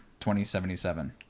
2077